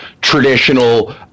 traditional